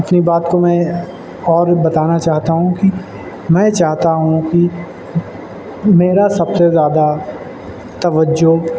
اپنی بات کو میں اور بھی بتانا چاہتا ہوں کہ میں چاہتا ہوں کہ میرا سب سے زیادہ توجہ